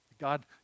God